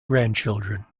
grandchildren